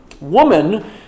Woman